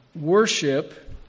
worship